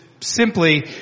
simply